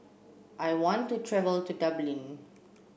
I want to travel to Dublin